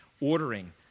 ordering